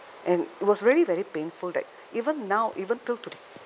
and it was really very painful that even now even till today